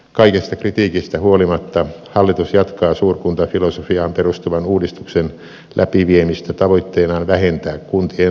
kaikesta kritiikistä huolimatta hallitus jatkaa suurkuntafilosofiaan perustuvan uudistuksen läpiviemistä tavoitteenaan vähentää kuntien lukumäärää